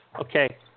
Okay